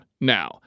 now